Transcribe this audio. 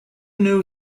new